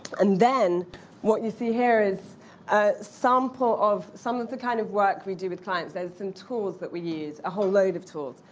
and then what you see here is a sample of some of the kind of work we do with clients. there's some tools that we use a whole load of tools.